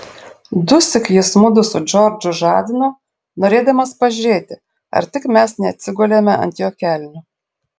dusyk jis mudu su džordžu žadino norėdamas pažiūrėti ar tik mes neatsigulėme ant jo kelnių